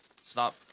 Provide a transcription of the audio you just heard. stop